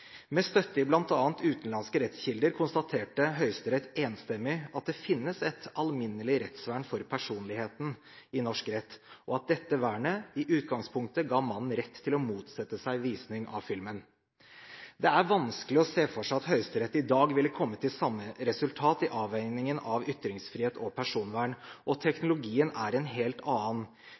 Med støtte i bl.a. utenlandske rettskilder konstaterte Høyesterett enstemmig at det finnes et «alminnelig rettsvern for personligheten» i norsk rett, og at dette vernet i utgangspunktet ga mannen rett til å motsette seg visning av filmen. Det er vanskelig å se for seg at Høyesterett i dag ville kommet til samme resultat i avveiningen av ytringsfrihet og personvern, og teknologien er en helt annen.